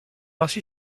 ainsi